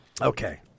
Okay